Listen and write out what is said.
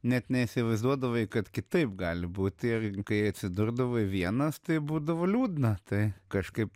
net neįsivaizduodavai kad kitaip gali būti ir kai atsidurdavai vienas tai būdavo liūdna tai kažkaip